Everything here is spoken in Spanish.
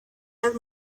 las